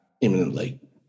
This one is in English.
imminently